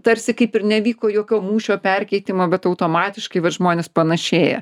tarsi kaip ir nevyko jokio mūšio perkeitimo bet automatiškai vat žmonės panašėja